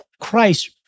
Christ